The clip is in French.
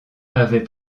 avait